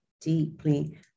deeply